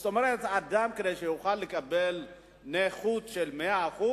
זאת אומרת, אדם, כדי שיוכל לקבל נכות של 100%,